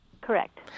Correct